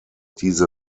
diese